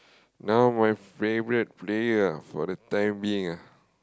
now my favourite player ah for the time being ah